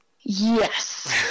yes